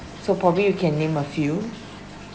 so probably you can name a few